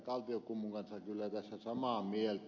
kaltiokummun kanssa tässä samaa mieltä